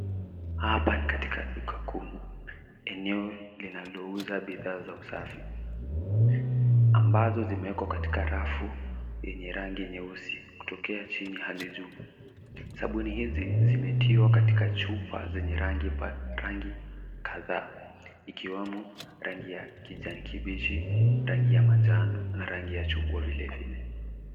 Hapa ni katika duka kuu eneo linalo uza bidhaa za usafi ambazo zimewekwa katika rafu yenye rangi nyeusi kutokea chini hadi juu. Sabuni hizi zimetiwa katika chupa zenye rangi kadhaa ikiwemo rangi ya kijani kibichi, rangi ya manjano na rangi ya chungwa vile vile.